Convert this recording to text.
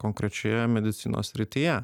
konkrečioje medicinos srityje